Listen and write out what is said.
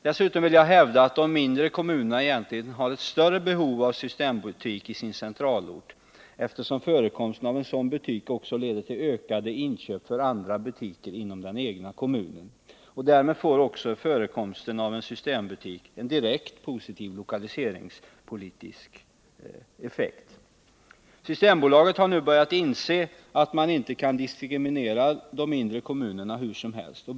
Dessutom vill jag hävda att de mindre kommunerna egentligen har ett större behov av systembutik i sin centralort, eftersom förekomsten av en sådan butik också leder till ökade inköp i andra butiker inom den egna kommunen. Därmed får förekomsten av en systembutik en direkt positiv lokaliseringspolitisk effekt. Systembolaget har nu börjat inse att man inte kan diskriminera de mindre kommunerna hur som helst.